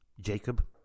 Jacob